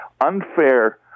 unfair